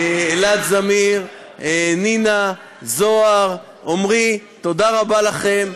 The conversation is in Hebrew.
אלעד זמיר, נינה, זהר, עומרי, תודה רבה לכם.